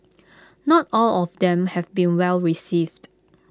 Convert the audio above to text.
not all of them have been well received